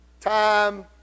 time